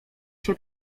się